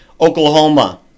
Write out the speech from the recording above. Oklahoma